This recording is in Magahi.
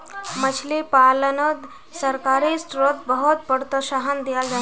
मछली पालानोत सरकारी स्त्रोत बहुत प्रोत्साहन दियाल जाहा